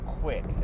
quick